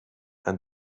and